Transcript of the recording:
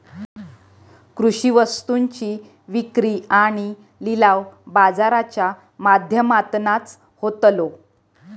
कृषि वस्तुंची विक्री आणि लिलाव बाजाराच्या माध्यमातनाच होतलो